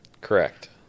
Correct